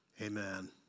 amen